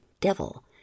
devil